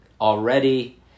already